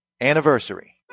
Anniversary